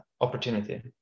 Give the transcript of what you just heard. opportunity